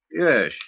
Yes